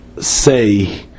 say